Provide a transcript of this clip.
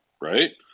right